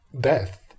death